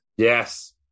Yes